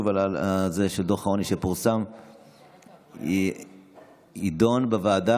הזה של דוח העוני שפורסם תידון בוועדה,